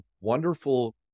wonderful